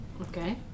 Okay